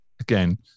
again